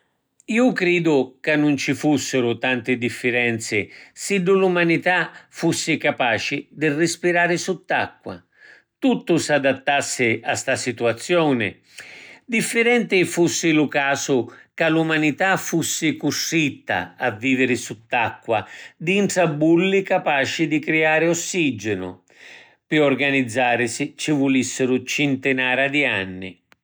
Ju cridu ca nun ci fussiru tanti diffirenzi siddu l’umanità fussi capaci di rispirari sutt’acqua. Tuttu s’adattassi a sta situazioni. Diffirenti fussi lu casu ca l’umanità fussi custritta a viviri sutt’acqua dintra bulli capaci di criari ossiginu. Pi organizzarisi ci vulissiru cintinara di anni.